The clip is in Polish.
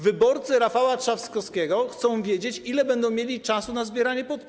Wyborcy Rafała Trzaskowskiego chcą wiedzieć, ile będą mieli czasu na zbieranie podpisów.